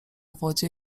wodzie